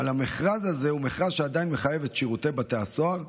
אבל המכרז הזה הוא מכרז שעדיין מחייב את שירות בתי הסוהר,